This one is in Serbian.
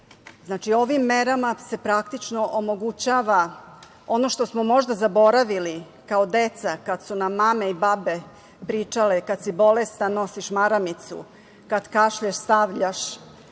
suština. ovim merama se praktično omogućava ono što smo možda zaboravili kao deci kad su nam mame i babe pričale – kad si bolestan nosiš maramicu, kad kašlješ stavljaš